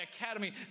academy